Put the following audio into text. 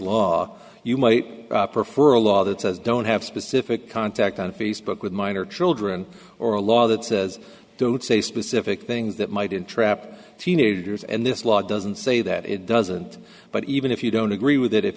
law you might prefer a law that says don't have specific contact on facebook with minor children or a law that says don't say specific things that might entrap teenagers and this law doesn't say that it doesn't but even if you don't agree with it if